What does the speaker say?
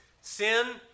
sin